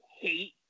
hate